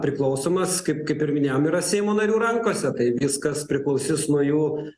priklausomas kaip kaip ir minėjom yra seimo narių rankose tai viskas priklausys nuo jų